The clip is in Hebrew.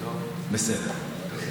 בסדר.